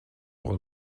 while